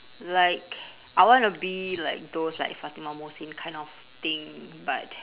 like I wanna be like those like fatimah mohsin kind of thing but